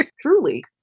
Truly